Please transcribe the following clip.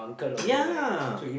ya